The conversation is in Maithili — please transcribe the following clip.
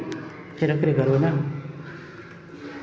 फेर एकरे करबै ने